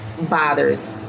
bothers